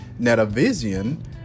Netavision